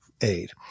Aid